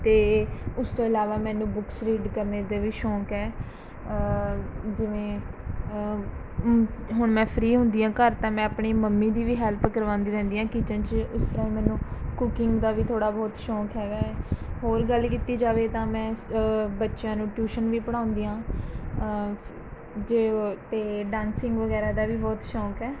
ਅਤੇ ਉਸ ਤੋਂ ਇਲਾਵਾ ਮੈਨੂੰ ਬੁਕਸ ਰੀਡ ਕਰਨ ਦਾ ਵੀ ਸ਼ੌਂਕ ਹੈ ਜਿਵੇਂ ਹੁਣ ਮੈਂ ਫਰੀ ਹੁੰਦੀ ਹਾਂ ਘਰ ਤਾਂ ਮੈਂ ਆਪਣੀ ਮੰਮੀ ਦੀ ਵੀ ਹੈਲਪ ਕਰਵਾਉਂਦੀ ਰਹਿੰਦੀ ਹਾਂ ਕਿਚਨ 'ਚ ਉਸ ਤਰ੍ਹਾਂ ਮੈਨੂੰ ਕੁਕਿੰਗ ਦਾ ਵੀ ਥੋੜ੍ਹਾ ਬਹੁਤ ਸ਼ੌਂਕ ਹੈਗਾ ਏ ਹੋਰ ਗੱਲ ਕੀਤੀ ਜਾਵੇ ਤਾਂ ਮੈਂ ਬੱਚਿਆਂ ਨੂੰ ਟਿਊਸ਼ਨ ਵੀ ਪੜ੍ਹਾਉਂਦੀ ਹਾਂ ਜੇ ਅਤੇ ਡਾਂਸਿੰਗ ਵਗੈਰਾ ਦਾ ਵੀ ਬਹੁਤ ਸ਼ੌਂਕ ਹੈ